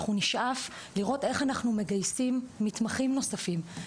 אנחנו נשאף לראות איך אנחנו מגייסים מתמחים נוספים.